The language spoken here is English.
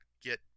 get